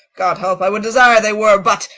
god help, i would desire they were but,